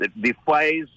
defies